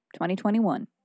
2021